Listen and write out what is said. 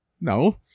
No